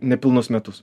nepilnus metus